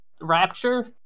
Rapture